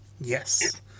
yes